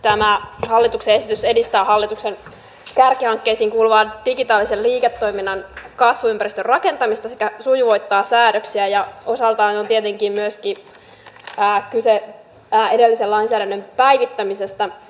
tämä hallituksen esitys edistää hallituksen kärkihankkeisiin kuuluvaa digitaalisen liiketoiminnan kasvuympäristön rakentamista sekä sujuvoittaa säädöksiä ja osaltaan on tietenkin kyse myöskin edellisen lainsäädännön päivittämisestä